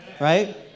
Right